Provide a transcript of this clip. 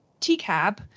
TCAB